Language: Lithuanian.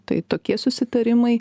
tai tokie susitarimai